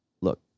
look